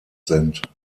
sind